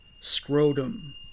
scrotum